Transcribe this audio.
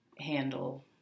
handle